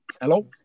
Hello